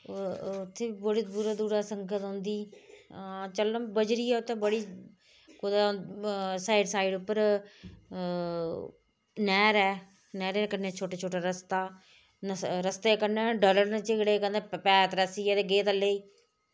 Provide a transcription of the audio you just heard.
उत्थै बड़ा दूरा दूरा संगत औंदी हां चलना बजरी उत्त बड़ी कुतै साइड साइड उप्पर ह नैह्र ऐ नैह्रै कन्नै छोटा छोटा रस्ता रस्तै कन्नै बड़ल न चिगड़े कदें पैर तरैसी जा ते गे थल्लै ई